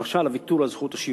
למשל, הוויתור על זכות השיבה.